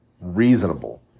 reasonable